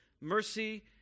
mercy